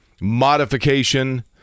modification